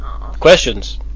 Questions